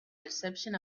reception